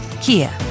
Kia